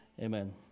amen